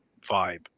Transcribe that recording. vibe